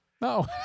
No